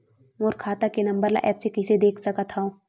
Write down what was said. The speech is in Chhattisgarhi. मोर खाता के नंबर ल एप्प से कइसे देख सकत हव?